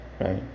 right